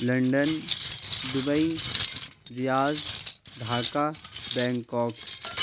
London Dubai Riyadh Dhaka Bangkok